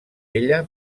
ella